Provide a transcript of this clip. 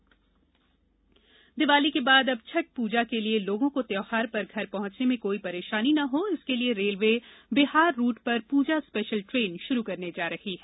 rail सुविधा दिवाली के बाद अब छठ पूजा के लिए लोगों को त्यौहार पर घर पहुंचने में कोई परेशानी ना हो इसके लिए रेलवे बिहार रुट पर पूजा स्पेशल ट्रेन शुरू करने जा रहा है